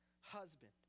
husband